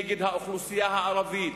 נגד האוכלוסייה הערבית,